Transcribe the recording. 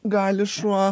gali šuo